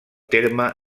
terme